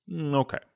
Okay